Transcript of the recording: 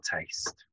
taste